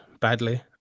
badly